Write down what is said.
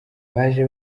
baje